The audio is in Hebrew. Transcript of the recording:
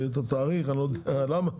אני לא יודע למה,